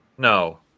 No